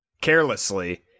carelessly